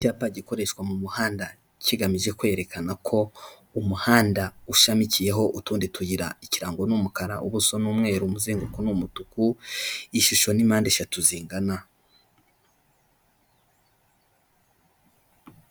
Icyapa gikoreshwa mu muhanda, kigamije kwerekana ko umuhanda ushamikiyeho utundi tuyira, ikirango ni umukara ubuso ni umweru, umuzenguko ni umutuku, ishusho ni mpande eshatu zingana.